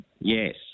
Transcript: Yes